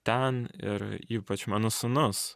ten ir ypač mano sūnus